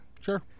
Sure